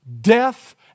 death